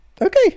Okay